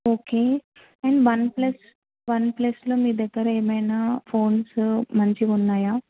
okay and OnePlus one ప్లస్లో మీ దగ్గర ఏమైనా ఫోన్స్ మంచివి ఉన్నాయా